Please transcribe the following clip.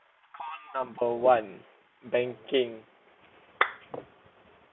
call number one banking